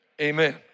Amen